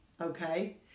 okay